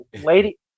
lady